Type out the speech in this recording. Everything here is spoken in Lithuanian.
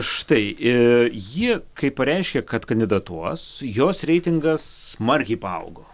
štai e ji kai pareiškė kad kandidatuos jos reitingas smarkiai paaugo